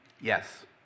Yes